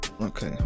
okay